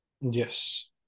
Yes